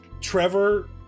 Trevor